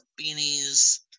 beanies